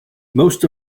most